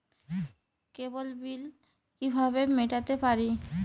কেবল bill কিভাবে মেটাতে পারি?